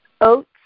oats